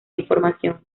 información